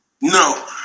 No